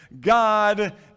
God